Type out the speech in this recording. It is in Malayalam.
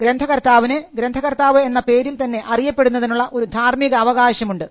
ഗ്രന്ഥകർത്താവിന് ഗ്രന്ഥകർത്താവ് എന്ന പേരിൽ തന്നെ അറിയപ്പെടുന്നതിനുള്ള ഒരു ധാർമിക അവകാശം ഉണ്ട്